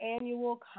annual